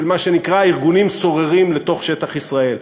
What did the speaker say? מה שנקרא "ארגונים סוררים" לתוך שטח ישראל.